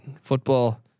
football